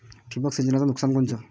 ठिबक सिंचनचं नुकसान कोनचं?